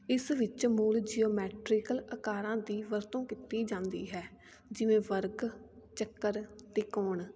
ਇਸ ਵਿੱਚ ਮੂਲ ਜਿਓਮੈਟ੍ਰੀਕਲ ਅਕਾਰਾਂ ਦੀ ਵਰਤੋਂ ਕੀਤੀ ਜਾਂਦੀ ਹੈ ਜਿਵੇਂ ਵਰਗ ਚੱਕਰ ਅਤੇ ਕੌਣ